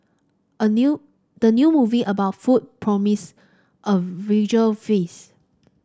a new the new movie about food promise a visual feast